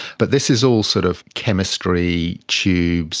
but this is all sort of chemistry, tubes,